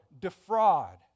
defraud